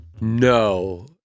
no